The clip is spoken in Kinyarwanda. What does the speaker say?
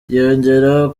yongeraho